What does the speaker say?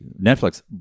netflix